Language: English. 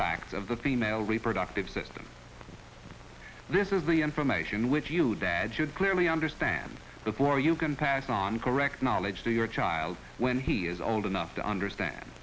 facts of the female reproductive system this is the information which you dad should clearly understand before you can pass on correct knowledge to your child when he is old enough to understand